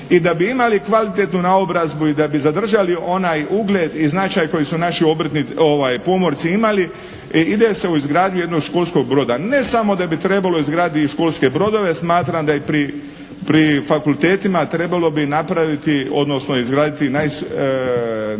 i da bi imali kvalitetnu naobrazbu i da bi zadržali onaj ugled i značaj koji su naši pomorci imali ide se u izgradnju jednog školskog broda. Ne samo da bi trebalo izgraditi školske brodove, smatram da i pri fakultetima trebalo bi napraviti, odnosno izgraditi najsavremeniju,